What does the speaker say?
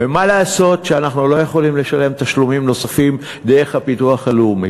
ומה לעשות שאנחנו לא יכולים לשלם תשלומים נוספים דרך הביטוח הלאומי,